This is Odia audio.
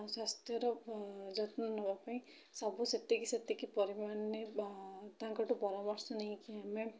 ସ୍ୱାସ୍ଥ୍ୟର ଯତ୍ନ ନେବା ପାଇଁ ସବୁ ସେତିକି ସେତିକି ପରିମାଣରେ ତାଙ୍କଠୁ ପରାମର୍ଶ ନେଇକି ଆମେ